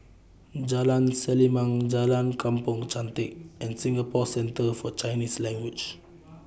Jalan Selimang Jalan Kampong Chantek and Singapore Centre For Chinese Language